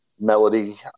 melody